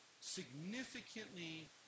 significantly